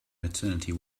maternity